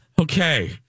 Okay